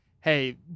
hey